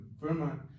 Vermont